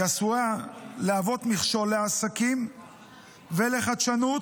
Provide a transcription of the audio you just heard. היא עשויה להוות מכשול לעסקים ולחדשנות,